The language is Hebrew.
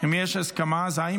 יש הסכמה של האופוזיציה.